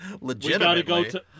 Legitimately